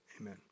Amen